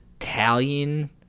Italian